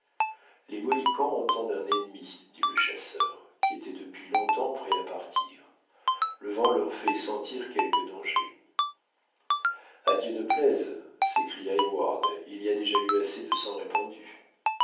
les mohicans entendent un ennemi dit le chasseur qui était depuis longtemps prêt à partir le vent leur fait sentir quelque danger à dieu ne plaise s'écria heyward il y a déjà eu assez de sang répandu